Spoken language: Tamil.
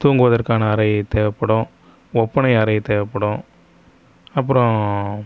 தூங்குவதற்கான அறை தேவைப்படும் ஒப்பனை அறை தேவைப்படும் அப்புறோ